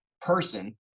person